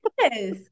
yes